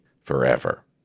forever